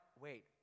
wait